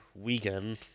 weekend